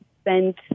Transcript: spent